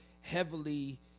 heavily